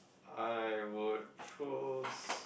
I would choose